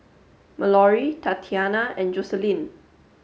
Mallory Tatianna and Joselyn